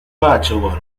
bachelor